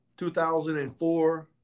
2004